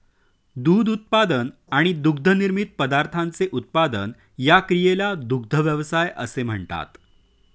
दूध उत्पादन आणि दुग्धनिर्मित पदार्थांचे उत्पादन या क्रियेला दुग्ध व्यवसाय असे म्हणतात